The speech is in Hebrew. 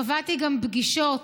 קבעתי גם פגישות